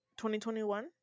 2021